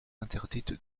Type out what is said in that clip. interdite